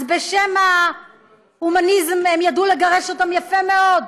אז, בשם ההומניזם הם ידעו לגרש אותם יפה מאוד.